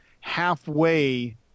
halfway